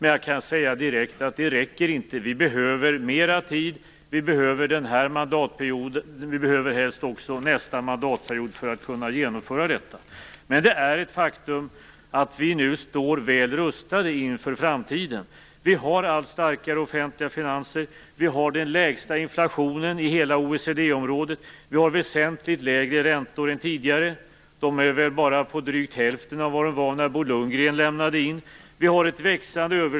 Men jag kan direkt säga: Det räcker inte. Men det är ett faktum att vi nu står väl rustade inför framtiden.